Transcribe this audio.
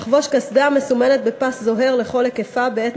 לחבוש קסדה המסומנת בפס זוהר בכל היקפה בעת